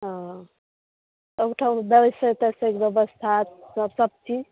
ओ ओहिठाम बैसै तैसेके व्यवस्था सभ चीज